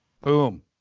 Boom